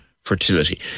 fertility